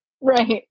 right